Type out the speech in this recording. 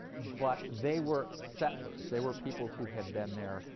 but they were settlers, they were people who had been there,